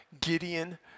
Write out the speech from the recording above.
Gideon